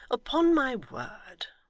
upon my word,